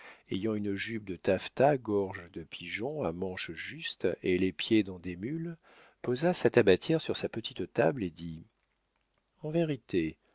ayant une jupe de taffetas gorge de pigeon à manches justes et les pieds dans des mules posa sa tabatière sur sa petite table et dit en vérité